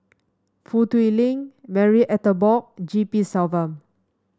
Foo Tui Liew Marie Ethel Bong G P Selvam